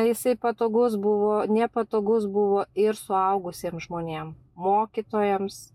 jisai patogus buvo nepatogus buvo ir suaugusiem žmonėm mokytojams